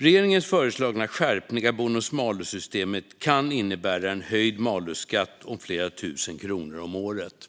Regeringens föreslagna skärpning av bonus malus-systemet kan innebära en höjd malusskatt om flera tusen kronor om året.